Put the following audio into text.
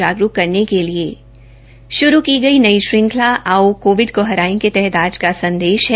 गरूक करने के लिए श्रू की गई नई श्रंखला आओ कोविड को हराएं के तहत आ का संदेश है